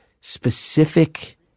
specific